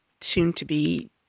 soon-to-be